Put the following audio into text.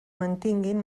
mantinguin